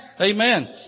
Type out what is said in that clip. Amen